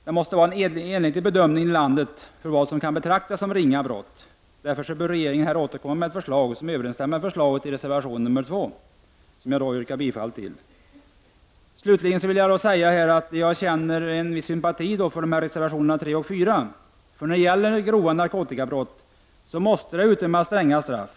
Det måste finnas en enhetlig bedömning inom landet för vad som betraktas som ringa brott. Därför bör regeringen återkomma med förslag som överensstämmer med förslaget i reservation 2, vilken jag yrkar bifall till. Jag känner sympati för reservationerna 3 och 4. För grova narkotikabrott måste det utdömas stränga straff.